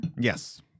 Yes